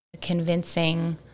convincing